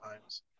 times